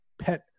pet